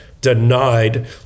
denied